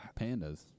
Pandas